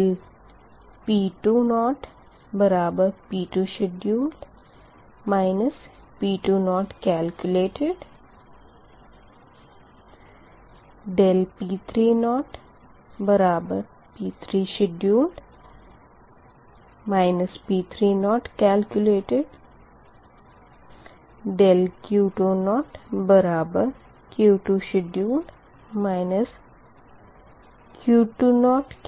∆P2P2sheduled P2 calculated ∆P3P3sheduled P3 calculated ∆Q2Q2sheduled Q2